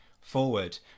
forward